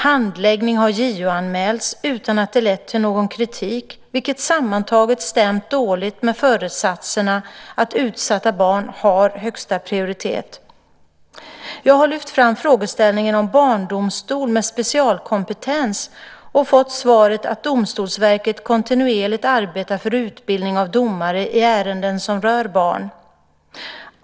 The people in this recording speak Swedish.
Handläggning har JO-anmälts utan att det lett till någon kritik, vilket sammantaget stämt dåligt med föresatserna att utsatta barn har högsta prioritet. Jag har lyft fram frågeställningen om barndomstol med specialkompetens och fått svaret att Domstolsverket kontinuerligt arbetar för utbildning av domare i ärenden som rör barn.